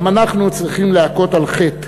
גם אנחנו צריכים להכות על חטא,